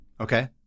okay